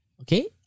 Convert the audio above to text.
okay